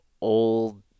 old